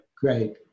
Great